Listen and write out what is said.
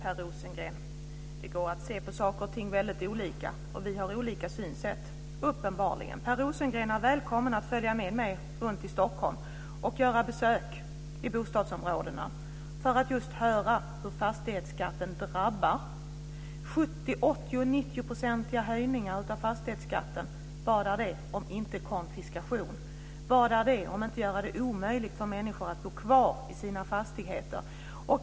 Fru talman! Det går att se på saker och ting väldigt olika, och vi har uppenbarligen olika synsätt. Per Rosengren är välkommen att följa med mig runt i Stockholm och göra besök i bostadsområdena för att just höra hur fastighetsskatten drabbar. 70-, 80 och 90-procentiga höjningar av fastighetsskatten, vad är det om inte konfiskation? Vad är det om inte att göra det omöjligt för människor att bo kvar i sina fastigheter?